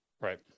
Right